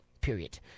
period